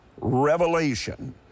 revelation